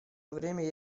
время